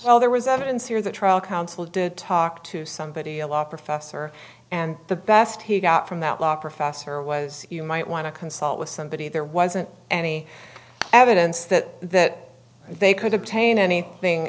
well there was evidence here the trial counsel did talk to somebody a law professor and the best he got from that law professor was you might want to consult with somebody there wasn't any evidence that they could obtain anything